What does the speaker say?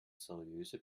seriöse